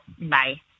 Bye